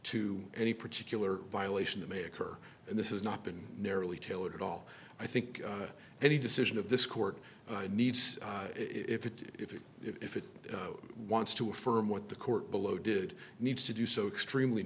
to any particular violation that may occur and this is not been narrowly tailored at all i think any decision of this court needs if it if it if it wants to affirm what the court below did needs to do so extremely